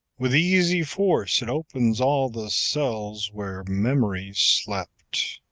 with easy force it opens all the cells where memory slept.